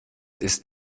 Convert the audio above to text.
ist